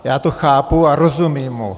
Já to chápu a rozumím mu.